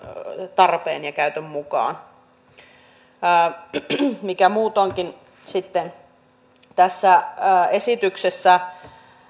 tarpeen ja käytön mukaan se mikä sitten muutoinkin tässä esityksessä